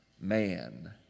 man